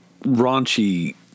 raunchy